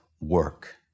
work